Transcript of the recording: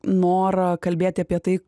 norą kalbėti apie tai